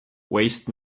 waste